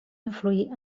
influir